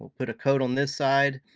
put a coat on this side,